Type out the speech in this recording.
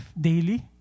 daily